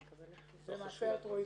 היא מקבלת כסף.